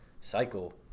cycle